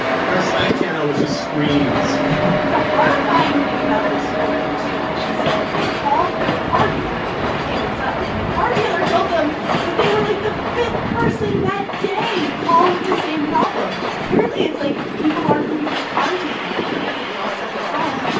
like, our slack channel was just screams the horrifying thing about this story, too, is she said they called their car dealer to be, like, hey, what's up? and the car dealer told them that they were, like, the fifth person that day to call with the same problem. apparently, it's, like, people aren't moving their cars as much right? because we're all at home.